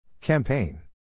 Campaign